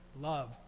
love